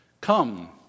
Come